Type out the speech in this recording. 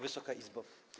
Wysoka Izbo!